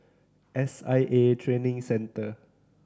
S I A Training Centre